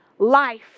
Life